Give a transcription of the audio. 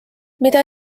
mida